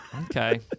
Okay